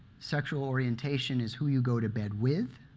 sexual orientation is who you go to bed with,